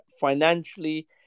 financially